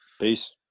Peace